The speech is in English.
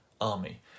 army